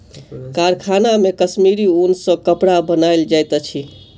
कारखाना मे कश्मीरी ऊन सॅ कपड़ा बनायल जाइत अछि